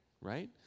right